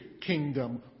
kingdom